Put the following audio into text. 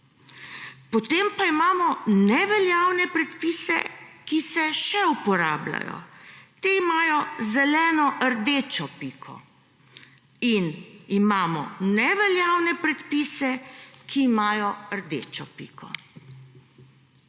Potem pa imamo neveljavne predpise, ki se še uporabljajo, ti imajo zeleno-rdečo piko. In imamo neveljavne predpise, ki imajo rdečo piko.